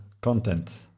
content